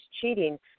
cheating